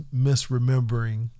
misremembering